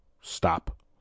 Stop